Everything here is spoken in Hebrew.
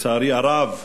לצערי הרב,